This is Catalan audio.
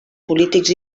polítics